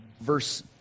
verse